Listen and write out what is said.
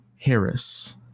Harris